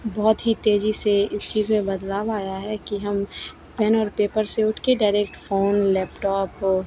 बहुत ही तेज़ी से इस चीज़ में बदलाव आया है कि हम पेन और पेपर से उठकर डायरेक्ट फ़ोन लेपटॉप